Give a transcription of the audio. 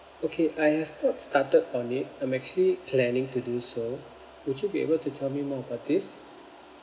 okay I have not started on it I'm actually planning to do so would you be able to tell me more about this